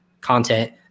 content